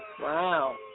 wow